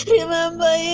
Remember